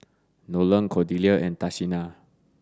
Nolen Cordelia and Tashina